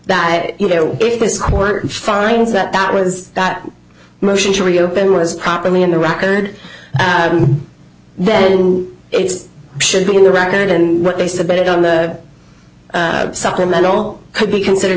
that you know if this court finds that that was that motion to reopen was properly in the record then it should be in the record and what they submitted on the supplemental could be considered